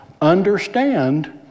understand